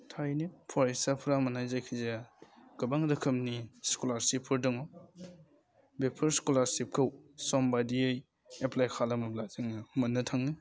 थारैनो फरायसाफ्रा मोननाय जायखिजाया गोबां रोखोमनि स्कुलारशिपफोर दङ बेफोर स्कलारशिपखौ सम बायदियै एप्लाइ खालामोब्ला जोङो मोननो थाङो